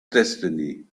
destiny